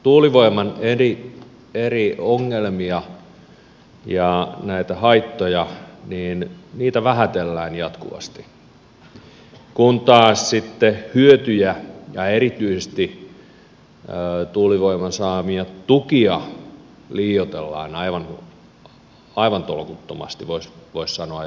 tuulivoiman eri ongelmia ja näitä haittoja vähätellään jatkuvasti kun taas sitten hyötyjä ja erityisesti tuulivoiman saamia tukia liioitellaan aivan tolkuttomasti voisi sanoa jopa näin